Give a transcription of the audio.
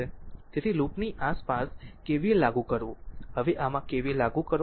તેથી લૂપની આસપાસ KVL લાગુ કરવું હવે આમાં KVL લાગુ કરો